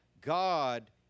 God